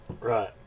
Right